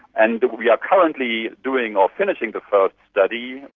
and we are currently doing or finishing the first study.